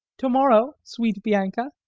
to-morrow, sweet bianca.